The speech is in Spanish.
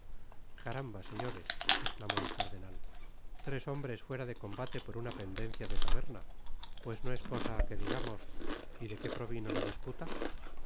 caramba señores esclamó el cardenal tres hombres fuera de combate por una pendencia de taberna pues no es cosa que digamos i y de qué provino la disputa